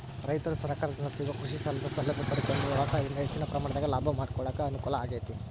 ರೈತರು ಸರಕಾರದಿಂದ ಸಿಗೋ ಕೃಷಿಸಾಲದ ಸೌಲಭ್ಯ ಪಡಕೊಂಡು ವ್ಯವಸಾಯದಿಂದ ಹೆಚ್ಚಿನ ಪ್ರಮಾಣದಾಗ ಲಾಭ ಮಾಡಕೊಳಕ ಅನುಕೂಲ ಆಗೇತಿ